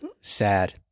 sad